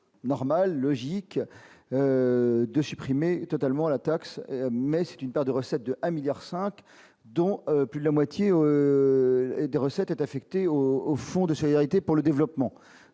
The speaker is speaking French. normal, logique de supprimer totalement la taxe, mais c'est une perte de recettes de 1 milliard 5, dont plus de la moitié des recettes affectées au fond de sa vérité pour le développement,